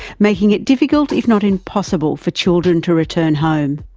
making it difficult if not impossible for children to return home.